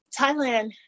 Thailand